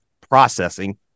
processing